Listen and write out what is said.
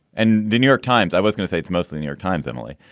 and the new york times, i was going to say it's mostly new york times, emily,